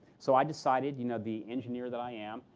so i decided, you know, the engineer that i am,